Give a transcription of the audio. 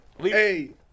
hey